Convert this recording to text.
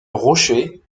rocher